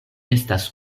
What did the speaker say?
estas